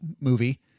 movie